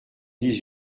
dix